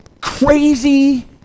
crazy